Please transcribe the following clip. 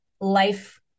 life